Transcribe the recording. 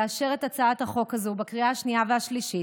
לאשר את הצעת החוק הזאת בקריאה השנייה והשלישית.